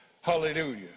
Hallelujah